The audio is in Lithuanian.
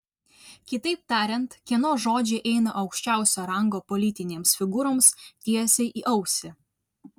kitaip tariant kieno žodžiai eina aukščiausio rango politinėms figūroms tiesiai į ausį